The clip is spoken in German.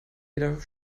jeder